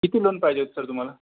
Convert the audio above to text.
किती लोन पाहिजे होतं सर तुम्हाला